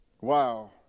Wow